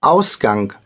Ausgang